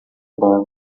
bom